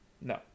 No